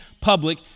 public